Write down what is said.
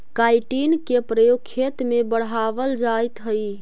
chitin के प्रयोग खेत में बढ़ावल जाइत हई